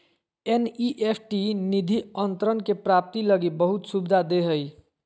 NEFT निधि अंतरण के प्राप्ति लगी बहुत सुविधा दे हइ